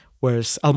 whereas